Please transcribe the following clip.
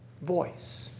voice